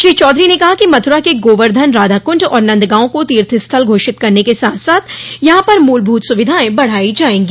श्री चौधरी ने कहा कि मथुरा के गोवर्धन राधाकुंड और नन्द गांव को तीर्थस्थल घोषित करने के साथ साथ यहां पर मूलभूत सुविधाएं बढ़ाई जायेंगी